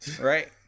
right